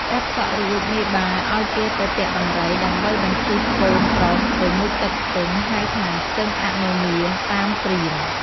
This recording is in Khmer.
កាត់សក់រួចមេបា ឲ្យគេទៅទាក់ដំរី ដើម្បីបញ្ជិះកូនប្រុសទៅមុជទឹកស្ទឹង ហៅថាស្ទឺងអនោមា តាមព្រាហ្មណ៍ ។